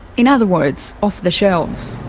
in other words off the shelves.